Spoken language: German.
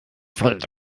fällt